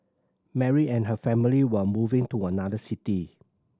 Mary and her family were moving to another city